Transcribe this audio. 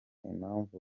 impamvu